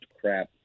crap